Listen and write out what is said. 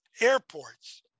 airports